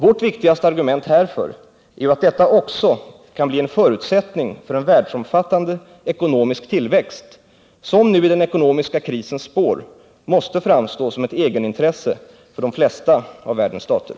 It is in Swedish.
Vårt viktigaste argument härför är att detta också kan bli en förutsättning för en världsomfattande ekonomisk tillväxt, som nu i den ekonomiska krisens spår måste framstå som ett egenintresse för de flesta av världens stater.